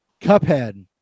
Cuphead